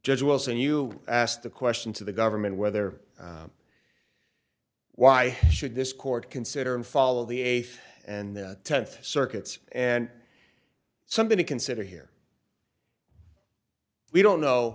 judge wilson you asked the question to the government whether why should this court consider and follow the eighth and tenth circuits and something to consider here we don't know